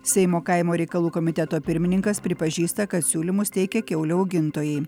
seimo kaimo reikalų komiteto pirmininkas pripažįsta kad siūlymus teikia kiaulių augintojai